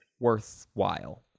worthwhile